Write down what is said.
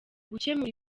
gukemura